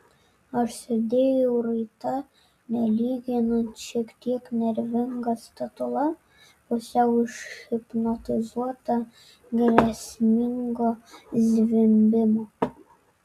aš sėdėjau raita nelyginant šiek tiek nervinga statula pusiau užhipnotizuota grėsmingo zvimbimo